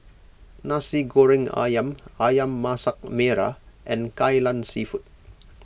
Nasi Goreng Ayam Ayam Masak Merah and Kai Lan Seafood